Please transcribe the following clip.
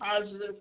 Positive